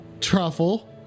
Truffle